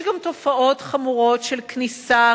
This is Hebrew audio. יש גם תופעות חמורה של כניסה,